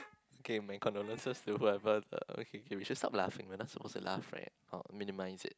okay my condolences to whoever is the okay okay we should stop laughing we're not suppose to laugh right or minimize it